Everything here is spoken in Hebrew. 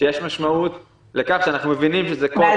שיש משמעות לכך שאנחנו מבינים שזה בכל